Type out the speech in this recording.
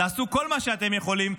תעשו כל מה שאתם יכולים,